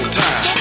time